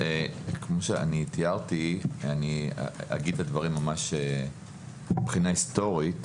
כמו שתיארתי ואני אגיד את הדברים מבחינה היסטורית.